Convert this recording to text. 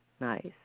Nice